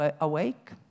Awake